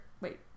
wait